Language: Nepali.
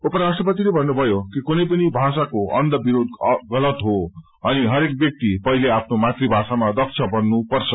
उपराष्ट्रपतिले भन्नुभयो कि कुनै पनि भाषाको अन्ध रीध गलत हो अनि हरेक व्याक्ति पहिले आफ्नो मातृभाषामा दक्ष बन्नुपर्छ